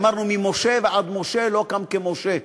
אמרנו "ממשה ועד משה לא קם כמשה"